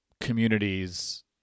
communities